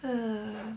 err